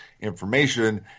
information